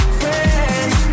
friends